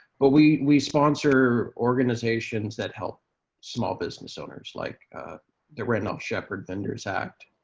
but we we sponsor organizations that help small business owners, like the randall shepherd vendors act,